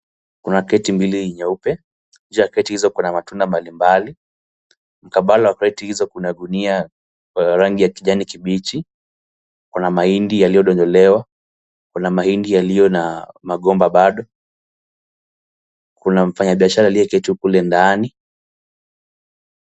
Kuna kreti mbili nyeupe. Juu ya kreti hizo kuna matunda mbali mbali. Mkabala wa kreti hizo kuna gunia ya rangi ya kijani kibichi. Kuna mahindi yaliyodondolewa. Kuna mahindi yaliyo na magomba bado. Kuna mfanyabiashara aliyeketi kule ndani.